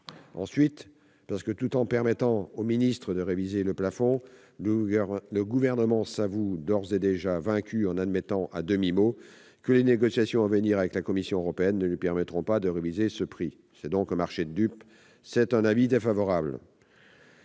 Ensuite, tout en permettant à Mme la ministre de réviser le prix, le Gouvernement s'avoue d'ores et déjà vaincu en admettant à demi-mot que les négociations à venir avec la Commission européenne ne lui permettront pas de réviser ce prix. C'est donc un jeu de dupes ! L'avis de